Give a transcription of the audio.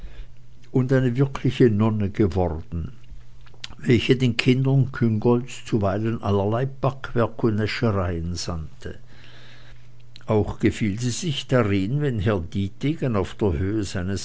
und eine wirkliche nonne geworden welche den kindern küngoilts zuweilen allerlei backwerk und näschereien sandte auch gefiel sie sich darin wenn herr dietegen auf der höhe seines